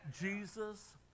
Jesus